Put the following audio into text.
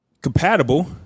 compatible